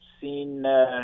seen